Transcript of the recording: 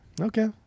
okay